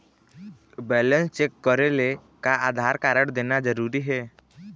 Balance check करेले का Aadhaar card देना जरूरी हे?